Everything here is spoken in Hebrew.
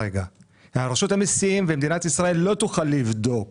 רשות המיסים ומדינת ישראל לא תוכל לבדוק